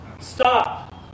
Stop